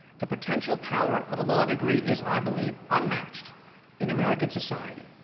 the potential power of a law degree is, i believe, unmatched in american society.